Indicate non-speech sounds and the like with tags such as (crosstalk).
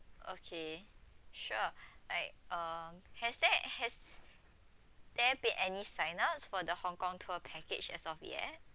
okay sure (breath) like uh has there has there been any sign ups for the Hong-Kong tour package as of yet